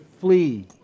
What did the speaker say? flee